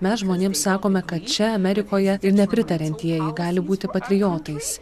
mes žmonėms sakome kad čia amerikoje ir nepritariantieji gali būti patriotais